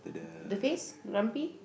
the face grumpy